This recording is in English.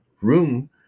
room